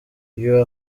you